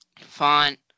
Font